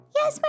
Yes